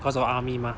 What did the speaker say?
cause of army mah